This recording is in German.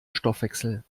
stoffwechsel